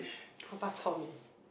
oh bak-chor-mee